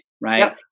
Right